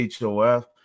HOF